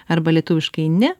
arba lietuviškai ne